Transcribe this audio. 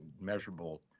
measurable